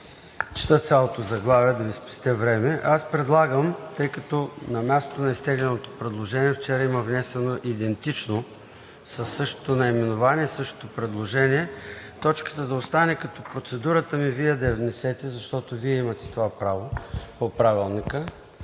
чета цялото заглавие и да Ви спестя време. Аз предлагам, тъй като на мястото на изтегленото предложение от вчера има внесено идентично със същото наименование, същото предложение, точката да остане, като процедурата ми е Вие да я внесете, защото Вие имате това право по Правилника,